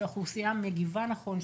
שהאוכלוסייה מגיבה נכון,